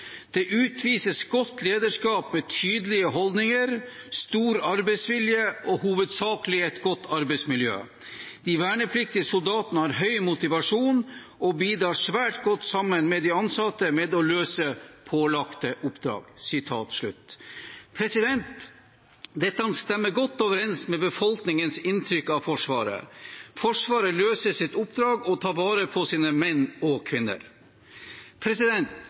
«Det utvises godt lederskap med tydelige holdninger, stor arbeidsvilje, og hovedsakelig et godt arbeidsmiljø. De vernepliktige soldatene har høy motivasjon, og bidrar svært godt sammen med de ansatte med å løse pålagte oppdrag.» Dette stemmer godt overens med befolkningens inntrykk av Forsvaret. Forsvaret løser sitt oppdrag og tar vare på sine menn og kvinner.